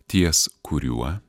ties kuriuo